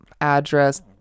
address